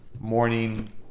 morning